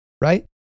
Right